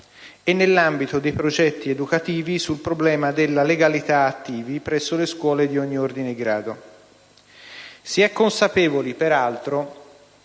e nell'ambito dei progetti educativi sul problema della legalità, attivi presso le scuole di ogni ordine e grado. Si è consapevoli, peraltro,